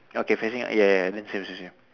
okay facing ya ya ya then same same same